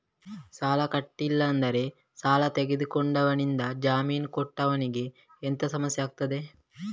ಸಾಲ ಕಟ್ಟಿಲ್ಲದಿದ್ದರೆ ಸಾಲ ತೆಗೆದುಕೊಂಡವನಿಂದ ಜಾಮೀನು ಕೊಟ್ಟವನಿಗೆ ಎಂತ ಸಮಸ್ಯೆ ಆಗ್ತದೆ?